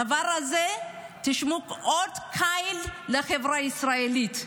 הדבר הזה הוא אות קין על החברה הישראלית.